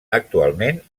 actualment